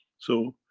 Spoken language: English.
so,